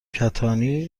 کتانی